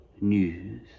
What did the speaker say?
news